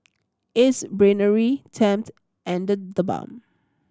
Ace Brainery Tempt and TheBalm